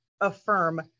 affirm